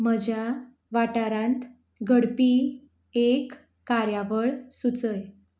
म्हज्या वाठारांत घडपी एक कार्यावळ सुचय